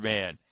Man